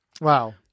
wow